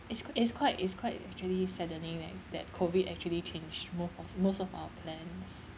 is qu~ is quite is quite actually saddening that that COVID actually changed most of most of our plans